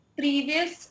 previous